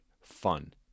fun